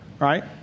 right